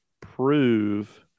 prove